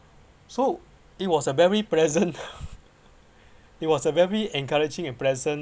so it was a very pleasant it was a very encouraging and pleasant